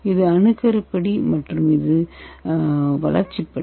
இது அணுக்கருப்படி மற்றும் இது வளர்ச்சி படி